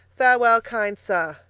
farewell, kind sir.